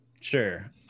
sure